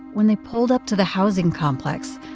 when they pulled up to the housing complex,